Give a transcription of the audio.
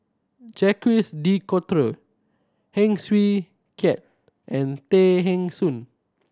Jacques De Coutre Heng Swee Keat and Tay Eng Soon